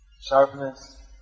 sharpness